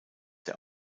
der